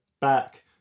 back